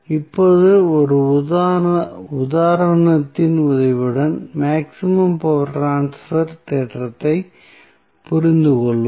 இப்போது ஒரு உதாரணத்தின் உதவியுடன் மேக்ஸிமம் பவர் ட்ரான்ஸ்பர் தேற்றத்தைப் புரிந்துகொள்வோம்